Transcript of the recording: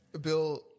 Bill –